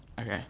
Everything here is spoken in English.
Okay